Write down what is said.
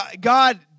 God